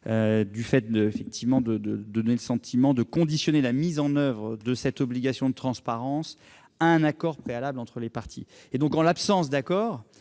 car il donne le sentiment de conditionner la mise en oeuvre de l'obligation de transparence à un accord préalable entre les parties. Ainsi, en l'absence d'accord,